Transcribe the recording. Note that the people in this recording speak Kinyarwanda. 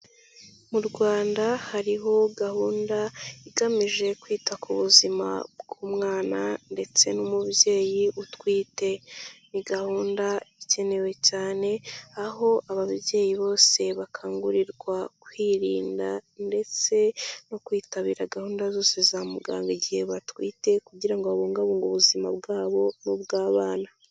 Mu Rwanda hariho gahunda igamije kwita ku buzima bw'umwana ndetse n'umubyeyi utwite, ni gahunda ikenewe cyane, aho ababyeyi bose bakangurirwa kwirinda ndetse no kwitabira gahunda zose za muganga igihe batwite kugira ngo babungabunge ubuzima bwabo n'ubw'abana.